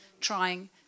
trying